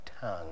tongue